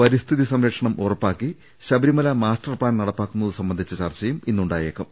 പരിസ്ഥിതി സംരക്ഷണം ഉറപ്പാക്കി ശബരിമല മാസ്റ്റർ പ്ലാൻ നട പ്പാക്കുന്നത് സംബന്ധിച്ച ചർച്ചയും ഇന്നുണ്ടായേക്കും